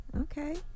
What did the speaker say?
Okay